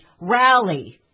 rally